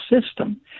system